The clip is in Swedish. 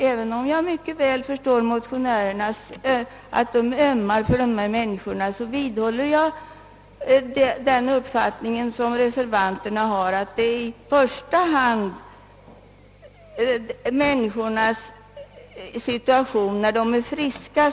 Även om jag mycket väl förstår att motionärerna ömmar för dessa människor vidhåller jag den uppfattning som reservanterna har, nämligen att huvuduppgiften är att klara upp människornas situation när de är friska.